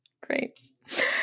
Great